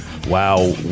Wow